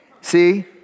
See